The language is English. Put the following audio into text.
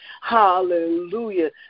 Hallelujah